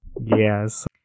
Yes